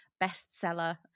bestseller